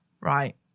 right